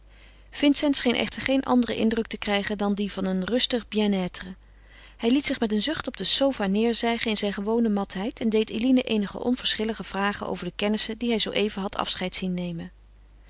vincent scheen echter geen anderen indruk te krijgen dan dien van een rustig bien être hij liet zich met een zucht op de sofa neêrzijgen in zijn gewone matheid en deed eline eenige onverschillige vragen over de kennissen die hij zoo even had afscheid zien nemen